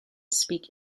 speak